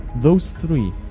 those three,